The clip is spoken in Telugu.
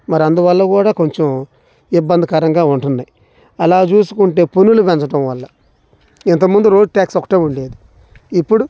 మరి అందువల్ల కూడా కొంచెం ఇబ్బందికరంగా ఉంటున్నాయి అలా చూసుకుంటే పనులు పెంచడం వల్ల ఇంతకుముందు రోడ్ టాక్స్ ఒకటే ఉండేది ఇప్పుడు